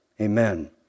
Amen